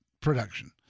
production